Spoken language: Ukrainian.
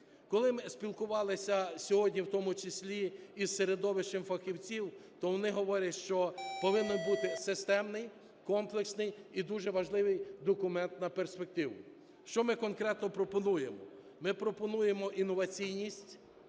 Коли ми спілкувалися сьогодні, в тому числі із середовищем фахівців, то вони говорять, що повинен бути системний, комплексний і дуже важливий документ на перспективу. Що ми конкретно пропонуємо. Ми пропонуємо інноваційність,